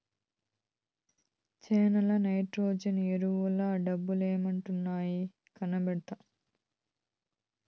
చేనుల నైట్రోజన్ ఎరువుల డబ్బలేమైనాయి, కనబట్లా